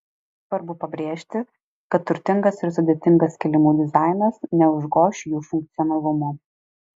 svarbu pabrėžti kad turtingas ir sudėtingas kilimų dizainas neužgoš jų funkcionalumo